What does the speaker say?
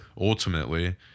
ultimately